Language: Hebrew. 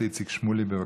11258,